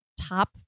top